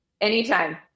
Anytime